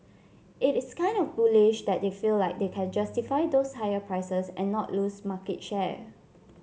it is kind of bullish that they feel like they can justify those higher prices and not lose market share